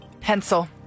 Pencil